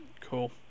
cool